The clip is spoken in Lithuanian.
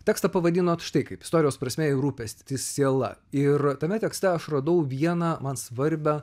tekstą pavadinot štai kaip istorijos prasmė ir rūpestis siela ir tame tekste aš radau vieną man svarbią